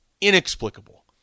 inexplicable